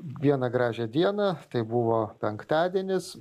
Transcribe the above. vieną gražią dieną tai buvo penktadienis